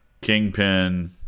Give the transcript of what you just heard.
Kingpin